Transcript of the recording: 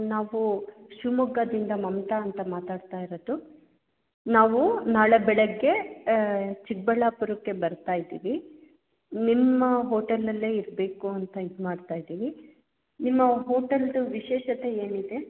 ನಾವು ಶಿವಮೊಗ್ಗದಿಂದ ಮಮತಾ ಅಂತ ಮಾತಾಡ್ತಾ ಇರೋದು ನಾವು ನಾಳೆ ಬೆಳಗ್ಗೆ ಚಿಕ್ಕಬಳ್ಳಾಪುರಕ್ಕೆ ಬರ್ತಾ ಇದ್ದೀವಿ ನಿಮ್ಮ ಹೋಟೆಲಿನಲ್ಲೆ ಇರಬೇಕು ಅಂತ ಇದು ಮಾಡ್ತಾಯಿದ್ದೀವಿ ನಿಮ್ಮ ಹೋಟಲಿಂದು ವಿಶೇಷತೆ ಏನಿದೆ